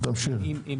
אין